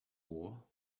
war